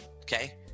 okay